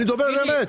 אני דובר אמת.